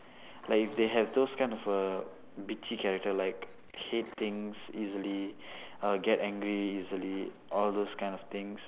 like if they have those kind of a bitchy character like hate things easily or get angry easily all those kind of things